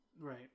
Right